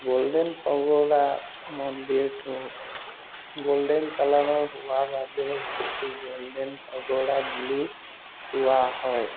golden pagoda মন্দিৰটো golden কালাৰৰ হোৱা বাবে সেইটো গ'ল্ডেন পেগডা বুলি কোৱা হয়